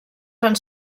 fan